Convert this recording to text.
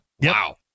Wow